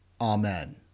Amen